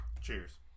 cheers